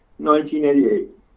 1988